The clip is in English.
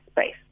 space